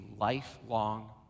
lifelong